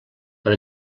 per